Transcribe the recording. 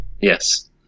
yes